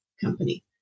company